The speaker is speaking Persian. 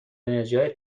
انرژیهای